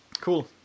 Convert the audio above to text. Cool